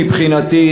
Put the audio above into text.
מבחינתי,